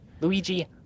Luigi